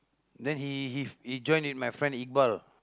then he he he join with my friend Iqbal